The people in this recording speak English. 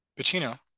Pacino